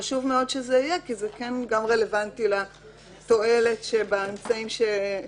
חשוב מאוד שזה יהיה כי זה גם רלוונטי לתועלת שבאמצעים שמוצעים